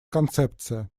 концепция